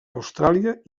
austràlia